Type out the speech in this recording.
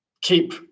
keep